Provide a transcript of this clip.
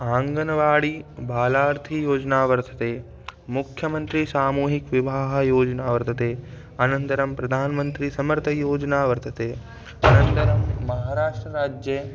आङ्गणवाडी बालार्थीयोजना वर्तते मुख्यमन्त्री सामूहिक विवाहयोजना वर्तते अनन्तरं प्रधानमन्त्री समर्थयोजना वर्तते अनन्तरं महाराष्ट्रराज्ये